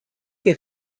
que